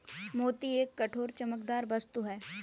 मोती एक कठोर, चमकदार वस्तु है